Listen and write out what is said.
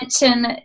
mention